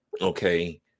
okay